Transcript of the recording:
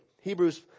hebrews